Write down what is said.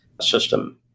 system